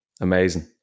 amazing